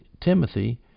Timothy